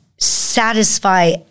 satisfy